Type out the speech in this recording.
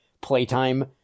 playtime